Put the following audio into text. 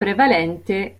prevalente